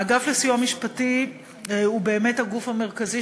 האגף לסיוע משפטי הוא באמת הגוף המרכזי